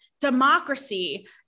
democracy